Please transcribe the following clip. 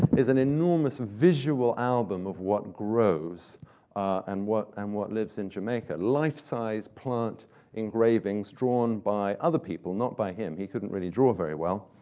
is an enormous visual album of what grows and what um what lives in jamaica. life-size plant engravings drawn by other people, not by him he couldn't really draw very well